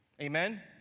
Amen